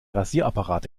rasierapparat